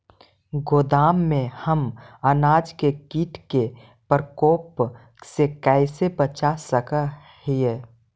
गोदाम में हम अनाज के किट के प्रकोप से कैसे बचा सक हिय?